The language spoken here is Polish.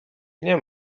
nie